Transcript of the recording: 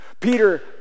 Peter